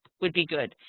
would be good.